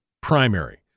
primary